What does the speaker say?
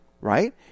right